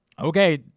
Okay